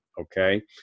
okay